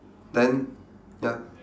then ya